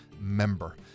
member